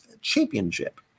Championship